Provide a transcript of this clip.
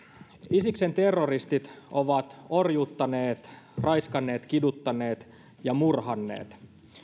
isiksen terroristit ovat orjuuttaneet raiskanneet kiduttaneet ja murhanneet